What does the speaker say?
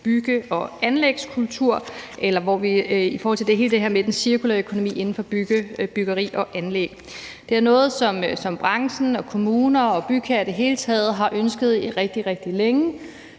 bygge- og anlægskultur og i forhold til hele det her med den cirkulære økonomi inden for byggeri og anlæg. Det er noget, som branchen og kommuner og bygherrer i det hele taget har ønsket rigtig, rigtig længe.